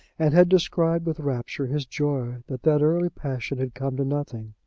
and had described with rapture his joy that that early passion had come to nothing.